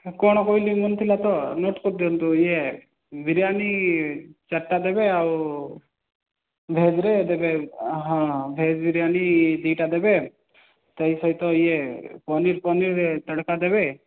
କ'ଣ କହିଲି ମନେ ଥିଲା ତ ନୋଟ୍ କରିଦିଅନ୍ତୁ ଇଏ ବିରିୟାନୀ ଚାରିଟା ଦେବେ ଆଉ ଭେଜ୍ରେ ଦେବେ ହଁ ଭେଜ୍ ବିରିୟାନୀ ଦୁଇଟା ଦେବେ ତା' ସହିତ ଇଏ ପନିର୍ ପନିର୍ ତଡ଼କା ଦେବେ